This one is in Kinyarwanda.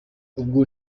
ubu